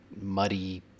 muddy